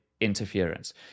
interference